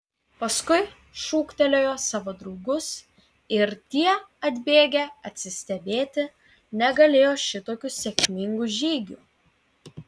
paskui šūktelėjo savo draugus ir tie atbėgę atsistebėti negalėjo šitokiu sėkmingu žygiu